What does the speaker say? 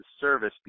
service